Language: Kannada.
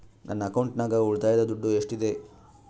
ನನ್ನ ಅಕೌಂಟಿನಾಗ ಉಳಿತಾಯದ ದುಡ್ಡು ಎಷ್ಟಿದೆ?